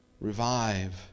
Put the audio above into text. revive